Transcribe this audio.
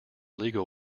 legal